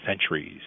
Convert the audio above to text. centuries